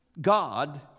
God